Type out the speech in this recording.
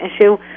issue